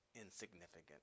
insignificant